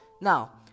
Now